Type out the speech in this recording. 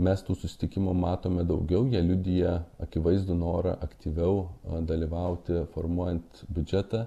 mes tų susitikimų matome daugiau jie liudija akivaizdų norą aktyviau dalyvauti formuojant biudžetą